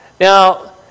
Now